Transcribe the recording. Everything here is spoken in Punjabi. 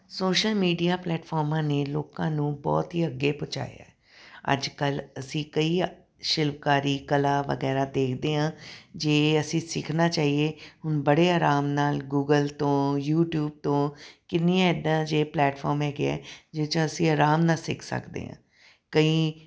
ਸੋਸ਼ਲ ਮੀਡੀਆ ਪਲੇਟਫੋਮਾਂ ਨੇ ਲੋਕਾਂ ਨੂੰ ਬਹੁਤ ਹੀ ਅੱਗੇ ਪਹੁੰਚਾਇਆ ਅੱਜ ਕੱਲ੍ਹ ਅਸੀਂ ਕਈ ਸ਼ਿਲਪਕਾਰੀ ਕਲਾ ਵਗੈਰਾ ਦੇਖਦੇ ਹਾਂ ਜੇ ਅਸੀਂ ਸਿੱਖਣਾ ਚਾਹੀਏ ਬੜੇ ਆਰਾਮ ਨਾਲ ਗੂਗਲ ਤੋਂ ਯੂਟੀਊਬ ਤੋਂ ਕਿੰਨੀਆਂ ਇੱਦਾਂ ਜਿਹੇ ਪਲੇਟਫੋਮ ਹੈਗੇ ਹੈ ਜਿਸ 'ਚੋਂ ਅਸੀਂ ਆਰਾਮ ਨਾਲ ਸਿੱਖ ਸਕਦੇ ਹਾਂ ਕਈ